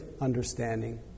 understanding